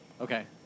Okay